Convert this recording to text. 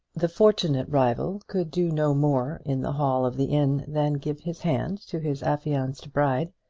the fortunate rival could do no more in the hall of the inn than give his hand to his affianced bride,